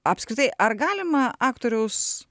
apskritai ar galima aktoriaus